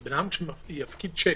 כי בן אדם שיפקיד שיק,